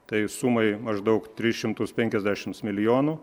tai sumai maždaug tris šimtus penkiasdešims milijonų